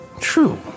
True